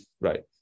right